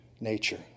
nature